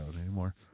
Anymore